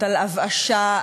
על הבאשה,